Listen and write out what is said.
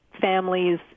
families